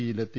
ഇയിലെത്തി